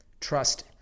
Trust